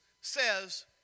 says